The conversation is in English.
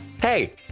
hey